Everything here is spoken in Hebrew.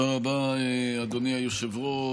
תודה רבה, אדוני היושב-ראש.